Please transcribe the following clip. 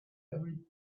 every